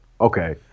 okay